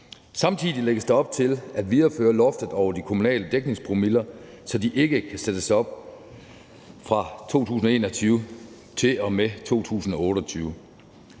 Samtidig lægges der op til at videreføre loftet over de kommunale dækningspromiller, så de ikke kan sættes op fra 2021 til og med 2028.